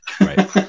Right